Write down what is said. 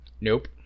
Nope